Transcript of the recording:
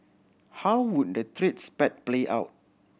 how would the trade spat play out